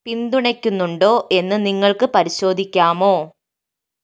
പിന്തുണക്കുന്നുണ്ടോ എന്ന് നിങ്ങൾക്ക് പരിശോധിക്കാമോ